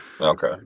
Okay